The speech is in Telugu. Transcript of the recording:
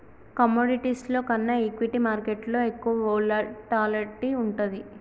కమోడిటీస్లో కన్నా ఈక్విటీ మార్కెట్టులో ఎక్కువ వోలటాలిటీ వుంటది